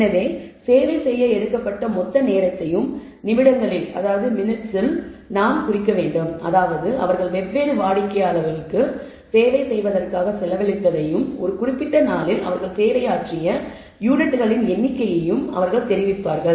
எனவே சேவை செய்ய எடுக்கப்பட்ட மொத்த நேரத்தையும் நிமிடங்களில்அதாவது அவர்கள் வெவ்வேறு வாடிக்கையாளர்களுக்கு சேவை செய்வதற்காக செலவழித்ததையும் ஒரு குறிப்பிட்ட நாளில் அவர்கள் சேவையாற்றிய யூனிட்களின் எண்ணிக்கையையும் அவர்கள் தெரிவிப்பார்கள்